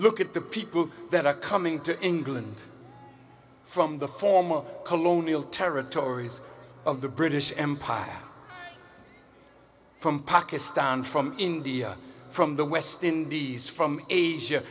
look at the people that are coming to england from the former colonial territories of the british empire from pakistan from india from the west indies from asia